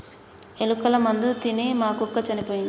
ఎలుకల మందు తిని మా కుక్క చనిపోయింది